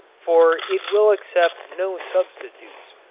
for it will accept no substitutes.